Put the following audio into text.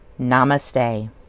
Namaste